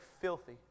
filthy